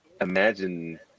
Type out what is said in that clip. imagine